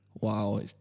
Wow